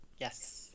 Yes